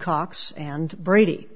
cox and brady